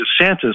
DeSantis